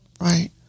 right